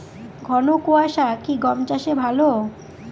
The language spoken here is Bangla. ঘন কোয়াশা কি গম চাষে ভালো?